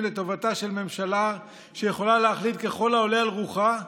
לטובתה של ממשלה שיכולה להחליט ככל העולה על רוחה?